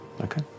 Okay